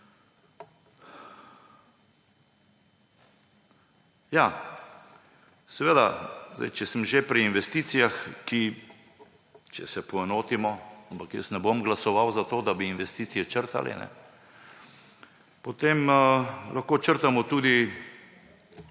predpisi. Če sem že pri investicijah, če se poenotimo, ampak jaz ne bom glasoval za to, da bi investicije črtali, potem lahko črtamo tudi